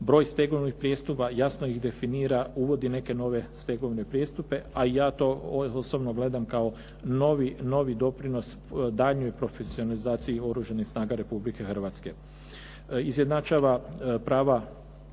broj stegovnih prijestupa, jasno ih definira, uvodi neke nove stegovne prijestupe a i ja to osobno gledam kao novi doprinos daljnjoj profesionalizaciji Oružanih snaga Republike Hrvatske. Izjednačava prava